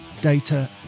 data